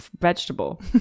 vegetable